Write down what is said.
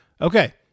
okay